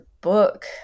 book